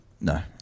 No